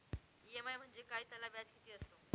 EMI म्हणजे काय? त्याला व्याज किती असतो?